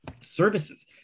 services